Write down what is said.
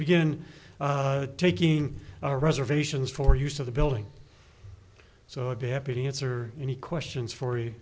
begin taking our reservations for use of the building so be happy to answer any questions for you